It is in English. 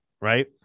right